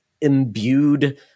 imbued